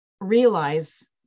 realize